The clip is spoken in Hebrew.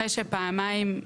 אחרי שפעמיים,